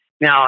Now